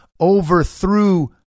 overthrew